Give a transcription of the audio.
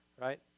right